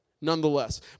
nonetheless